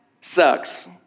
sucks